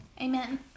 Amen